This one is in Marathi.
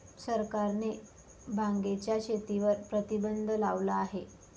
सरकारने भांगेच्या शेतीवर प्रतिबंध लावला आहे